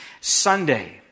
Sunday